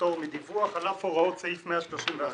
פטור מדיווח על אף הוראות סעיף 131: